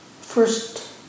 first